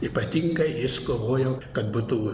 ypatingai jis kovojo kad būtų